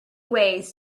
ways